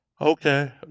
okay